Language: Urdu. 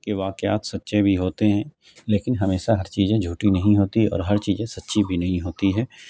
کہ واقعات سچے بھی ہوتے ہیں لیکن ہمیشہ ہر چیزیں جھوٹی نہیں ہوتی اور ہر چیزیں سچی بھی نہیں ہوتی ہے